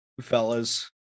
Fellas